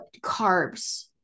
carbs